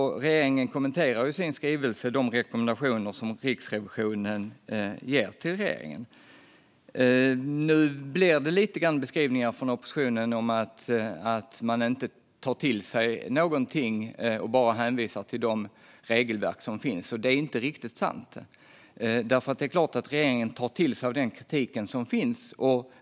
Regeringen kommenterar också i sin skrivelse de rekommendationer som Riksrevisionen ger regeringen. Nu blir det lite beskrivningar från oppositionen om att man inte tar till sig någonting och att man bara hänvisar till de regelverk som finns. Men det är inte riktigt sant. Det är klart att regeringen tar till sig av den kritik som finns.